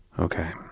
okay